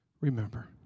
remember